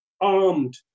armed